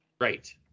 Right